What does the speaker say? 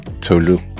Tolu